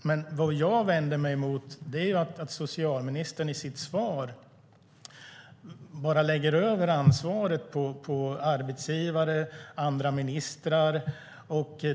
Det jag vänder mig mot är att socialministern i sitt svar lägger över ansvaret på arbetsgivare och på andra ministrar.